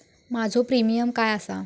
माझो प्रीमियम काय आसा?